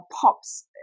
POPS